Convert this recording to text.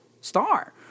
star